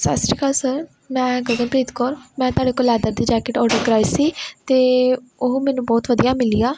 ਸਤਿ ਸ਼੍ਰੀ ਅਕਾਲ ਸਰ ਮੈਂ ਗਗਨਪ੍ਰੀਤ ਕੌਰ ਮੈਂ ਤੁਹਾਡੇ ਕੋਲ ਲੈਦਰ ਦੀ ਜੈਕਟ ਆਡਰ ਕਰਾਈ ਸੀ ਅਤੇ ਉਹ ਮੈਨੂੰ ਬਹੁਤ ਵਧੀਆ ਮਿਲੀ ਆ